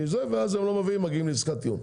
בסופו של דבר הם לא מביאים ומגיעים לעסקת טיעון.